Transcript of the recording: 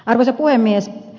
arvoisa puhemies